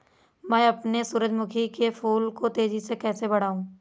मैं अपने सूरजमुखी के फूल को तेजी से कैसे बढाऊं?